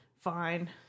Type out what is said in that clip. Fine